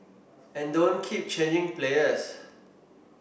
and don't keep changing players